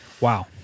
Wow